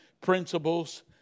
principles